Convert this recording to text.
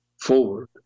forward